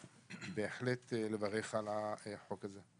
ובהחלט לברך על החוק הזה.